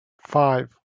five